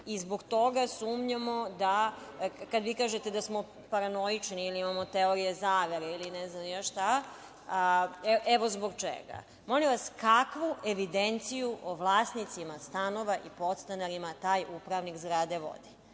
i zbog toga sumnjamo da, kada vi kažete da smo paranoični i da imamo teorije zavere ili ne znam šta, evo zbog čega. Molim vas, kakvu evidenciju o vlasnicima stanova i podstanarima taj upravnik vodi?